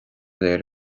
léir